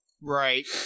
Right